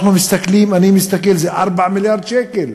אנחנו מסתכלים, אני מסתכל, זה 4 מיליארד שקלים.